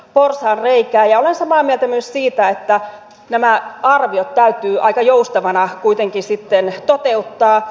olen samaa mieltä myös siitä että nämä arviot täytyy aika joustavina kuitenkin sitten toteuttaa